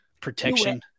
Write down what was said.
Protection